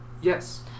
Yes